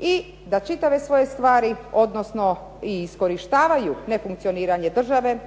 i da čitave svoje stvari, odnosno iskorištavaju nefunkcioniranje države,